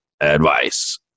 advice